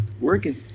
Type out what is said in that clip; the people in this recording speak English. working